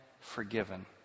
forgiven